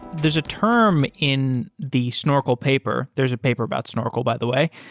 there's a term in the snorkel paper there is a paper about snorkel, by the way,